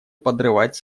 подрывать